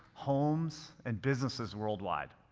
homes, and businesses worldwide.